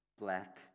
black